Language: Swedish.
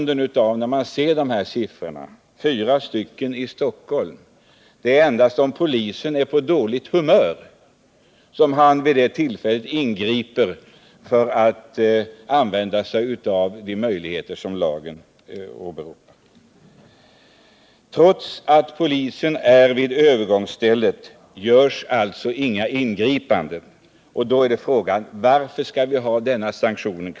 Då man ser de här siffrorna — 4 i Stockholm — förstår man att det endast är när polisen är på dåligt humör som han ingriper och använder sig av de möjligheter lagen erbjuder. Trots att polisen är vid övergångsstället görs det alltså inget ingripande. Då frågar man sig: Varför skall vi behålla dessa sanktioner?